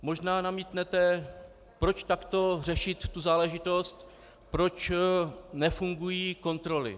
Možná namítnete, proč takto řešit tu záležitost, proč nefungují kontroly.